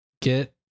Get